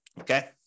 okay